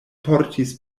portis